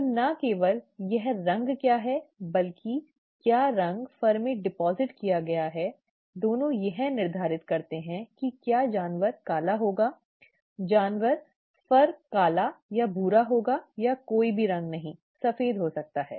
तो न केवल यह रंग क्या है बल्कि क्या रंग फर में जमा किया गया है दोनों यह निर्धारित करते हैं कि क्या जानवर काला होगा जानवर फर काला या भूरा होगा या कोई भी रंग नहीं सफेद हो सकता है